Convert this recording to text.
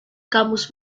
kamus